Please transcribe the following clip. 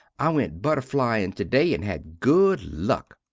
i went butterflying to-day and had good luck.